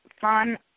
fun